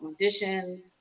auditions